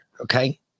okay